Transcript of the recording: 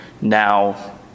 now